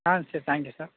ஆ சரி thank you sir